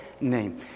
name